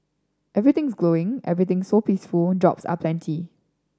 everything's glowing everything's so peaceful jobs are plenty